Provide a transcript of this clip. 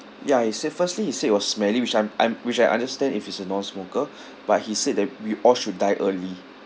ya he said firstly he said it was smelly which I'm I'm which I understand if he's a non-smoker but he said that we all should die early